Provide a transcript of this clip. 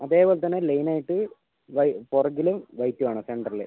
അതേപോലെ തന്നെ ലൈനായിട്ട് പുറകിലും വൈറ്റ് വേണം സെൻറ്ററില്